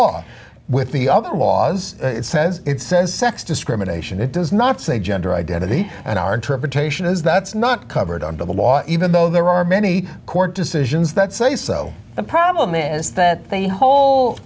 with the laws it says it says sex discrimination it does not say gender identity and our interpretation is that's not covered under the law even though there are many court decisions that say so the problem is that the whole